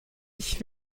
ich